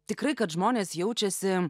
tikrai kad žmonės jaučiasi